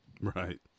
Right